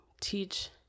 teach